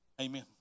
Amen